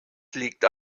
liegt